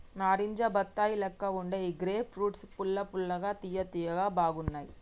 నారింజ బత్తాయి లెక్క వుండే ఈ గ్రేప్ ఫ్రూట్స్ పుల్ల పుల్లగా తియ్య తియ్యగా బాగున్నాయ్